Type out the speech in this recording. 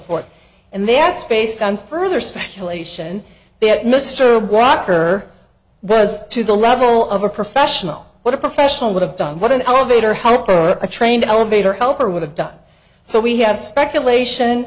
forth and the answer based on further speculation that mr walker was to the level of a professional what a professional would have done what an elevator heart for a trained elevator helper would have done so we have speculation